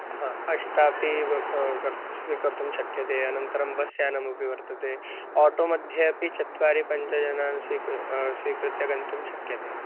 हा अष्टापि व् कर् स्वीकर्तुं शक्यते अनन्तरं बस् यानमपि वर्तते आटो मध्ये अपि चत्वारि पञ्चजनान् स्विकृ स्विकृत्य गन्तुं शक्यते